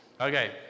Okay